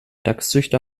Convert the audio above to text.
dachszüchter